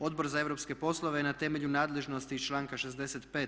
Odbor za europske poslove je na temelju nadležnosti iz članka 65.